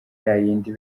yayindi